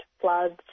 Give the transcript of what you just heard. floods